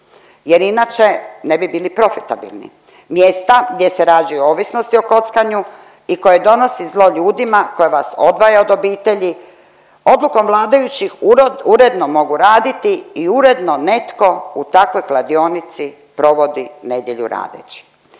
jer inače ne bi bili profitabilni. Mjesta gdje se rađaju ovisnosti o kockanju i koje donosi zlo ljudima, koje vas odvaja od obitelji odlukom vladajućih uredno mogu raditi i uredno netko u takvoj kladionici provodi nedjelju radeći.